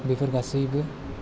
बेफोर गासैबो